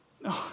No